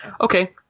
Okay